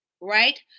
right